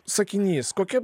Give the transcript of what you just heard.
sakinys kokia